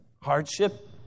hardship